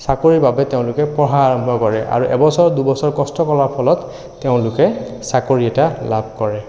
চাকৰিৰ বাবে তেওঁলোকে পঢ়া আৰম্ভ কৰে আৰু এবছৰ দুবছৰ কষ্ট কৰাৰ ফলত তেওঁলোকে চাকৰি এটা লাভ কৰে